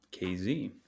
KZ